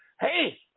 Hey